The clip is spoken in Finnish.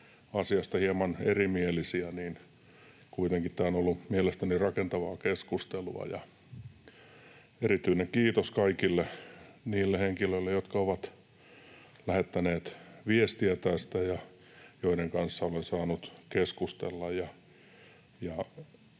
asiasta hieman erimielisiä, niin kuitenkin tämä on ollut mielestäni rakentavaa keskustelua. Ja erityinen kiitos kaikille niille henkilöille, jotka ovat lähettäneet viestiä tästä ja joiden kanssa olen saanut keskustella,